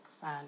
Fan